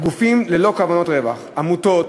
גופים ללא כוונות רווח: עמותות,